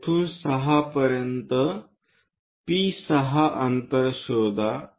तेथून 6 पर्यंत P6 अंतर शोधा